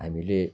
हामीले